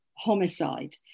Homicide